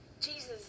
Jesus